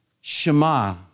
Shema